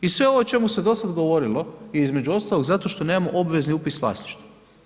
I sve ovo o čemu se dosad govorilo i između ostalog zato što nemamo obvezni upis vlasništva.